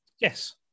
Yes